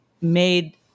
made